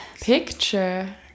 picture